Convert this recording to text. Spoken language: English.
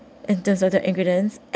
in terms of the ingredients